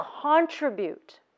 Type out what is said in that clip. contribute